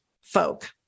folk